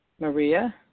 Maria